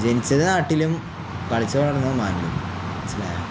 ജനിച്ചത് നാട്ടിലും കളിച്ചു വളർന്നതങ്ങ് ഒമാനിലും മനസിലായോ